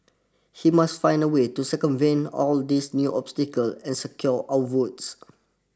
he must find a way to circumvent all these new obstacles and secure our votes